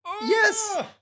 Yes